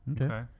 Okay